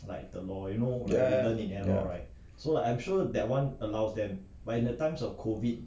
ya